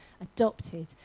adopted